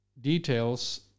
details